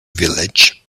village